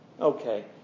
Okay